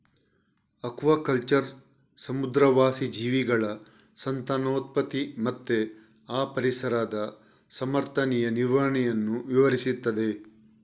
aquaculture ಸಮುದ್ರವಾಸಿ ಜೀವಿಗಳ ಸಂತಾನೋತ್ಪತ್ತಿ ಮತ್ತೆ ಆ ಪರಿಸರದ ಸಮರ್ಥನೀಯ ನಿರ್ವಹಣೆಯನ್ನ ವಿವರಿಸ್ತದೆ